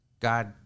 God